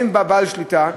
אין בה בעל שליטה,